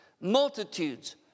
Multitudes